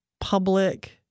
public